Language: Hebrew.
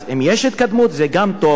אז אם יש התקדמות גם זה טוב,